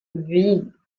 wien